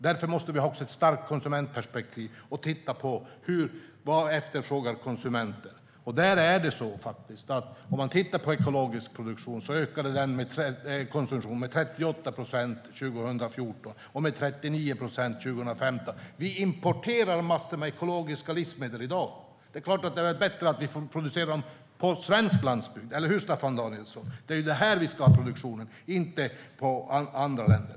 Därför måste vi ha ett starkt konsumentperspektiv och se på vad konsumenten efterfrågar. Den ekologiska konsumtionen ökade med 38 procent 2014 och med 39 procent 2015. Vi importerar massor med ekologiska livsmedel i dag. Det är klart att det är bättre att vi producerar dem på svensk landsbygd, eller hur, Staffan Danielsson? Det är här vi ska ha produktionen - inte i andra länder.